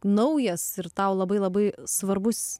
naujas ir tau labai labai svarbus